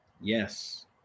yes